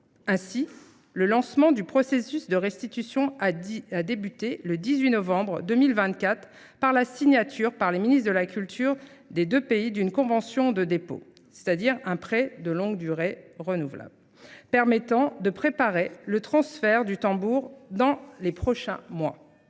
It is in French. Ainsi, le lancement du processus de restitution a débuté le 18 novembre 2024 par la signature par les ministres de la Culture des deux pays d'une convention de dépôt, c'est-à-dire un prêt de longue durée renouvelable, permettant de préparer le transfert du tambour dans les prochains mois.